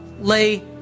lay